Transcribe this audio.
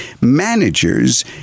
managers